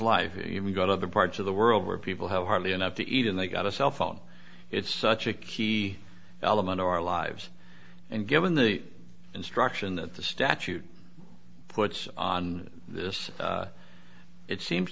we go to other parts of the world where people have hardly enough to eat and they got a cell phone it's such a key element of our lives and given the instruction that the statute puts on this it seems